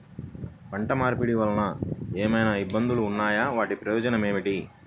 పంట మార్పిడి వలన ఏమయినా ఇబ్బందులు ఉన్నాయా వాటి ప్రయోజనం ఏంటి?